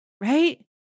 right